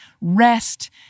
Rest